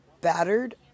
Battered